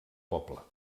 poble